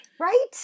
Right